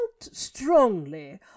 strongly